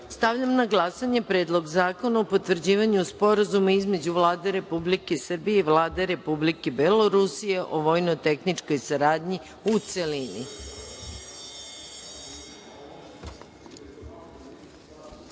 zakona. Stavljam na glasanje Predlog zakona o potvrđivanju Sporazuma između Vlade Republike Srbije i Vlade Republike Belorusije o vojno-tehničkoj saradnji, u